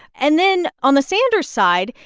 and then on the sanders side,